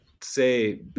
say